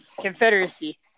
Confederacy